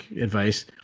advice